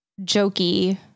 jokey